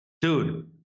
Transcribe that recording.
dude